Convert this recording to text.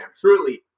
truly